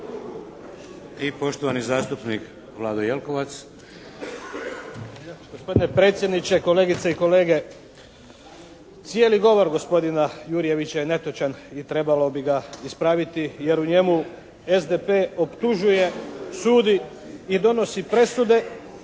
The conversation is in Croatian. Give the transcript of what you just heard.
I poštovani zastupnik Vlado Jelkovac.